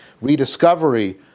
rediscovery